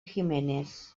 giménez